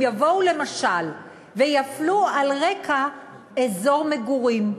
אם יבואו למשל ויפלו על רקע אזור מגורים,